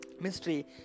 mystery